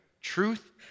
Truth